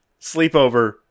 sleepover